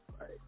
Right